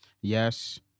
Yes